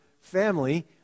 family